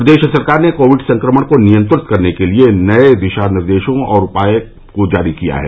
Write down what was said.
प्रदेश सरकार ने कोविड संक्रमण को नियंत्रित करने के लिए नए दिशा निर्देश और उपाय जारी किये हैं